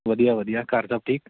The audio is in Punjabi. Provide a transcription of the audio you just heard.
ਵਧੀਆ ਵਧੀਆ ਘਰ ਸਭ ਠੀਕ